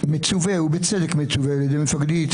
בצדק מצווה על ידי מפקדי,